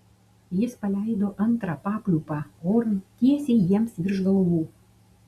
jis paleido antrą papliūpą oran tiesiai jiems virš galvų